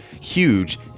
huge